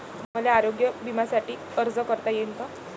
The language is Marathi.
मले आरोग्य बिम्यासाठी अर्ज करता येईन का?